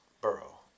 Burrow